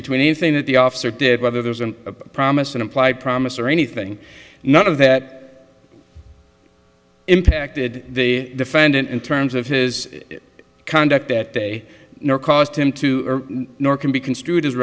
between anything that the officer did whether there's a promise an implied promise or anything not of that impacted the defendant in terms of his conduct that day nor caused him to nor can be construed as